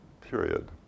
period